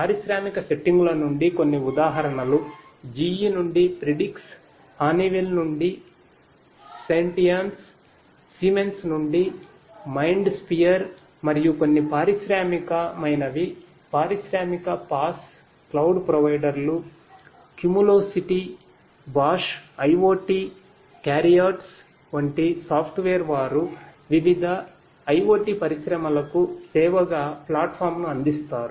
పారిశ్రామిక సెట్టింగుల నుండి కొన్ని ఉదాహరణలు GE నుండి ప్రిడిక్స్ వారు వివిధ IoT పరిశ్రమలకు సేవగా ప్లాట్ఫామ్ను అందిస్తారు